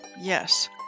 yes